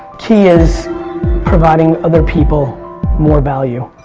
key is providing other people more value.